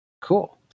Cool